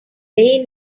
lay